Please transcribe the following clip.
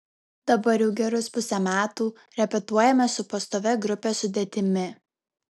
dabar jau gerus pusę metų repetuojame su pastovia grupės sudėtimi